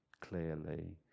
clearly